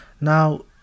now